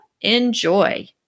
enjoy